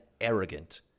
arrogant